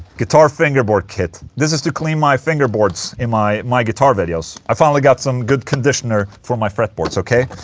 guitar fingerboard kit this is to clean my fingerboards in my my guitar videos i finally got some good conditioner for my fretboards, ok?